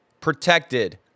protected